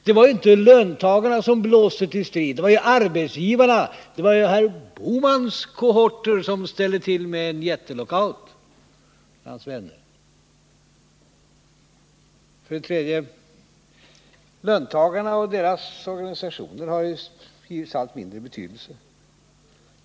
Det var ju inte löntagarna som blåste till strid utan arbetsgivarna. Det var ju herr Bohmans och hans vänners kohorter som ställde till med en jättelockout. Löntagarna och deras organisationer har fått allt mindre betydelse.